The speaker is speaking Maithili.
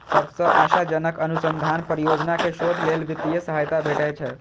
सबसं आशाजनक अनुसंधान परियोजना कें शोध लेल वित्तीय सहायता भेटै छै